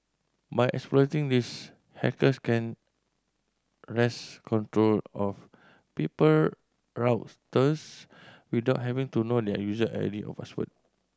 by exploiting this hackers can wrest control of people without having to know their user I D or password